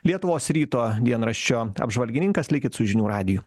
lietuvos ryto dienraščio apžvalgininkas likit su žinių radiju